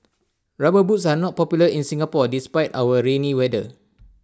rubber boots are not popular in Singapore despite our rainy weather